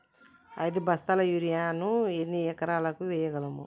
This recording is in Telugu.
ఐదు బస్తాల యూరియా ను ఎన్ని ఎకరాలకు వేయగలము?